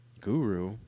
Guru